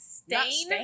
stain